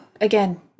again